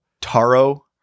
Taro